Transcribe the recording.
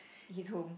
his home